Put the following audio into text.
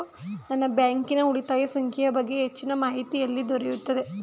ನನ್ನ ಬ್ಯಾಂಕಿನ ಉಳಿತಾಯ ಸಂಖ್ಯೆಯ ಬಗ್ಗೆ ಹೆಚ್ಚಿನ ಮಾಹಿತಿ ಎಲ್ಲಿ ದೊರೆಯುತ್ತದೆ?